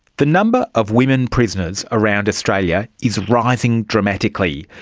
the number of women prisoners around australia is rising dramatically.